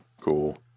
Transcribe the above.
Cool